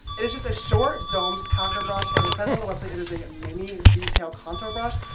it is just a short domed packer brush and it says on the website it is a mini ah detail contour brush,